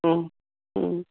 অঁ অঁ